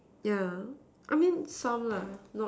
yeah I mean some lah not